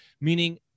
Meaning